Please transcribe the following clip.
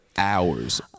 hours